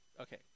Okay